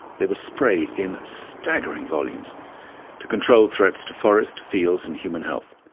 they were sprayed in staggering volumes to control threats to forest, fields and human health.